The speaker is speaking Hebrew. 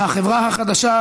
החברה החדשה,